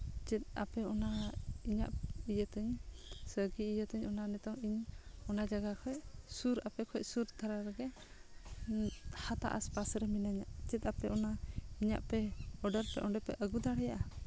ᱪᱮᱫ ᱟᱯᱮ ᱚᱱᱟ ᱤᱧᱟᱹᱜ ᱤᱭᱟᱹᱛᱤᱧ ᱥᱩᱭᱜᱤ ᱤᱭᱟᱹᱛᱤᱧ ᱚᱱᱟ ᱱᱤᱛᱚᱜ ᱤᱧ ᱚᱱᱟ ᱡᱟᱭᱦᱟ ᱠᱷᱚᱡ ᱥᱩᱨ ᱟᱯᱮ ᱠᱷᱚᱱ ᱥᱩᱨ ᱫᱷᱟᱨᱟ ᱨᱮᱜᱮ ᱦᱟᱛᱟᱣ ᱟᱥᱯᱟᱥ ᱨᱮ ᱢᱤᱱᱟᱹᱧᱟ ᱪᱮᱫ ᱟᱯᱮ ᱚᱱᱟ ᱤᱧᱟᱹᱜ ᱯᱮ ᱚᱰᱟᱨ ᱯᱮ ᱚᱸᱰᱮᱯᱮ ᱟᱹᱜᱩ ᱫᱟᱲᱮᱭᱟᱜᱼᱟ